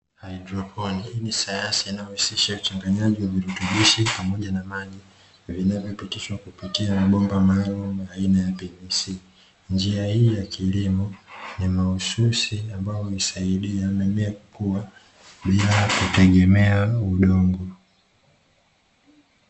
Haidroponi hii ni sayansi inayohusisha uchanganyaji wa virutubishi pamoja na maji, vinavyopitishwa kupitia mabomba maalum aina ya "PVC". Njia hii ya kilimo ni mahususi ambao iniasaidi mimea kukua bila kutegemea udongo.